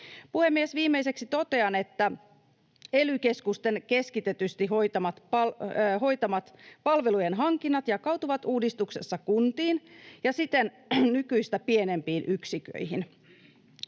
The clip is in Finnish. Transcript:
Puhemies! Viimeiseksi totean, että ely-keskusten keskitetysti hoitamat palvelujen hankinnat jakautuvat uudistuksessa kuntiin ja siten nykyistä pienempiin yksiköihin.